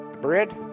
Bread